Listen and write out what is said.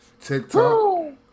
TikTok